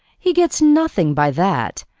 he gets nothing by that.